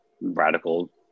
radical